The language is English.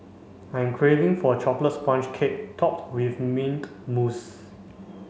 I am craving for a chocolate sponge cake topped with mint mousse